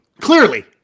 Clearly